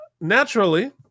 Naturally